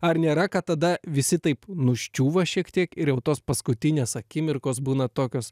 ar nėra kad tada visi taip nuščiūva šiek tiek ir jau tos paskutinės akimirkos būna tokios